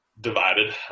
divided